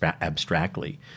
abstractly